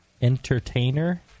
Entertainer